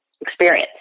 experience